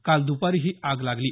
काल दुपारी ही आग लागली